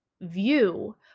view